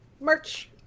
Merch